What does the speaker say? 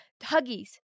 Huggies